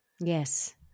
Yes